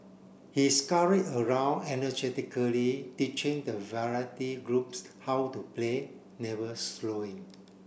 he scurry around energetically teaching the variety groups how to play never slowing